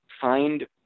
find